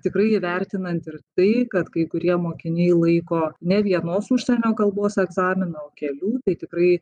tikrai įvertinant ir tai kad kai kurie mokiniai laiko ne vienos užsienio kalbos egzaminą o kelių tai tikrai